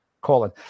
Colin